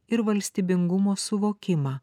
ir valstybingumo suvokimą